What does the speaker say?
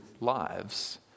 lives